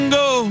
go